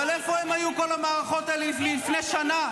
אבל איפה היו כל המערכות האלה לפני שנה?